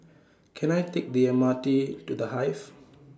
Can I Take The M R T to The Hive